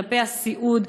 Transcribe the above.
כלפי הסיעוד,